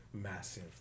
Massive